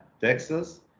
Texas